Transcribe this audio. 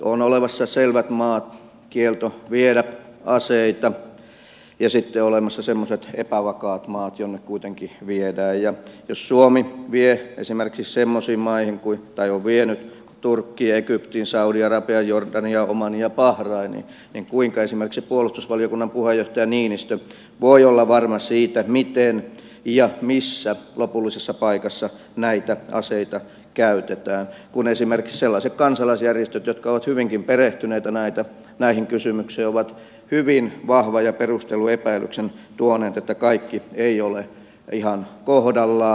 on olemassa selvät maat jonne on kielto viedä aseita ja sitten on olemassa semmoiset epävakaat maat jonne kuitenkin viedään ja jos suomi vie tai on vienyt esimerkiksi semmoisiin maihin kuin turkkiin egyptiin saudi arabiaan jordaniaan omaniin ja bahrainiin niin kuinka esimerkiksi puolustusvaliokunnan puheenjohtaja niinistö voi olla varma siitä miten ja missä lopullisessa paikassa näitä aseita käytetään kun esimerkiksi sellaiset kansalaisjärjestöt jotka ovat hyvinkin perehtyneitä näihin kysymyksiin ovat hyvin vahvan ja perustellun epäilyksen tuoneet että kaikki ei ole ihan kohdallaan